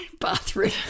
bathroom